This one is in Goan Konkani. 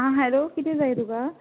आ हॅलो कितें जाय तुका